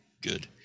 good